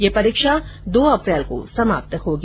ये परीक्षा दो अप्रैल को समाप्त होगी